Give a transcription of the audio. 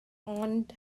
ond